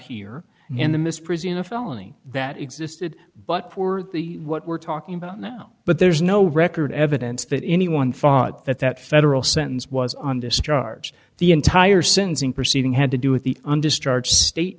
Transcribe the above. here in the midst presume a felony that existed but what we're talking about now but there's no record evidence that anyone thought that that federal sentence was on discharge the entire sins in proceeding had to do with the undischarged state